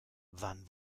wann